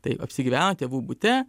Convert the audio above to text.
tai apsigyveno tėvų bute